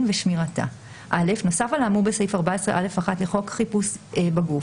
ושמירתה 22א. (א) נוסף על האמור בסעיף 14(א)(1) לחוק חיפוש בגוף,